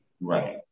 right